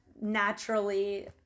naturally